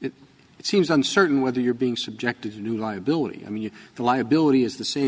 it seems uncertain whether you're being subjected to liability i mean the liability is the same